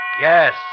Yes